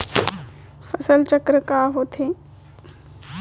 फसल चक्र का होथे?